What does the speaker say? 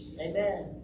Amen